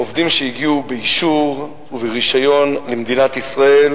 עובדים שהגיעו באישור וברשיון למדינת ישראל,